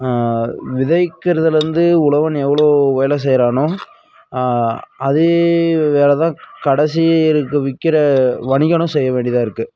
விதைக்கிறதுலேருந்து உழவன் எவ்வளோ வேலை செய்கிறானோ அதே வேலைதான் கடைசி இருக்க விக்கிற வணிகனும் செய்ய வேண்டியதாக இருக்குது